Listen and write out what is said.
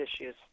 issues